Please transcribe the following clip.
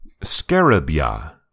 Scarabia